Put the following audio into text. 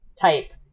type